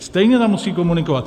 Stejně tam musí komunikovat.